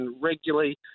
regularly